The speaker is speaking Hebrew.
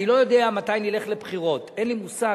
אני לא יודע מתי נלך לבחירות, אין לי מושג.